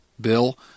Bill